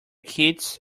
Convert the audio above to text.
kits